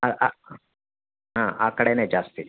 ಹಾಂ ಆಂ ಹಾಂ ಆ ಕಡೆಯೇ ಜಾಸ್ತಿ